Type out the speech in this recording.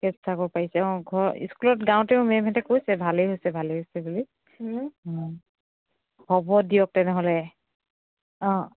ঠিকে চাব পাৰিছে অঁ ঘ স্কুলত গাওঁতেও মেমহঁতে কৈছে ভালেই হৈছে ভালেই হৈছে বুলি অঁ হ'ব দিয়ক তেনেহ'লে অঁ